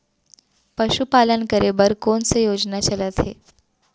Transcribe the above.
पशुपालन करे बर कोन से योजना चलत हे?